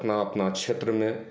अपना अपना क्षेत्रमे